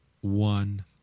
one